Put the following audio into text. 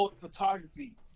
photography